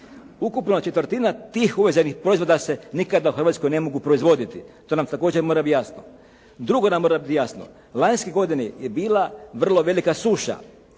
Ukupno četvrtina tih uvezenih proizvoda se nikada u Hrvatskoj ne mogu proizvoditi. To nam također mora biti jasno. Drugo nam mora biti jasno. Lanjske godine je bila vrlo velika suša.